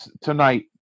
tonight